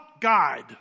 guide